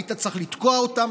היית צריך לתקוע אותם,